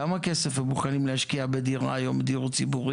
כמה כסף הם מוכנים להשקיע בדירה היום בדיור ציבורי?